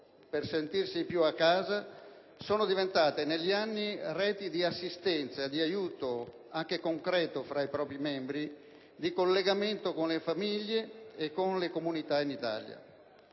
per sentirsi un po' più a casa, sono diventate negli anni reti di assistenza, di aiuto anche concreto fra i propri membri, di collegamento con le famiglie e con le comunità in Italia.